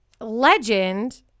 legend